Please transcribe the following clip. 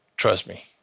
trust me.